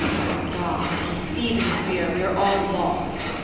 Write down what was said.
o god! if he sees it is vera, we are all lost!